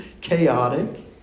chaotic